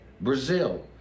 Brazil